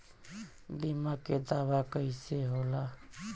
बीमा के दावा कईसे होला?